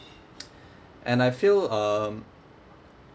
and I feel um